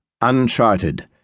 uncharted